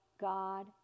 God